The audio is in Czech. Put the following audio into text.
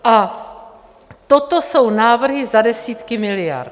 A toto jsou návrhy za desítky miliard.